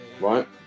right